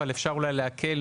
אבל אפשר אולי להקל,